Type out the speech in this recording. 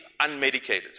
unmedicated